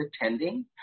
attending